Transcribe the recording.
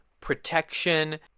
protection